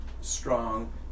strong